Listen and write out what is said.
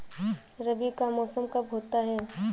रबी का मौसम कब होता हैं?